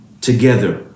together